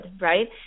right